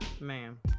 ma'am